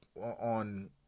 on